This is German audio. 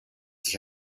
sich